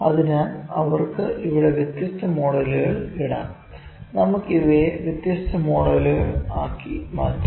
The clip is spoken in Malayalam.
അതിനാൽ അവർക്ക് ഇവിടെ വ്യത്യസ്ത മോഡലുകൾ ഇടാം നമുക്ക് ഇവയെ വ്യത്യസ്ത മോഡൽസ് ആക്കി മാറ്റാം